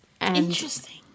Interesting